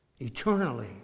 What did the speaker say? Eternally